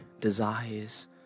desires